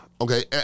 okay